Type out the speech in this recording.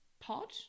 pod